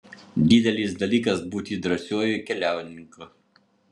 didelis dalykas būti drąsiuoju keliauninku